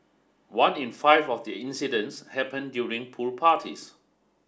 one in five of the incidents happened during pool parties